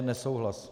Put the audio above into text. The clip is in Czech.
Nesouhlas.